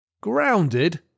Grounded